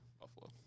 Buffalo